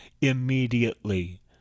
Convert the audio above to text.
immediately